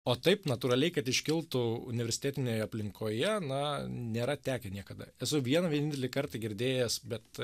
o taip natūraliai kad iškiltų universitetinėje aplinkoje na nėra tekę niekada esu vieną vienintelį kartą girdėjęs bet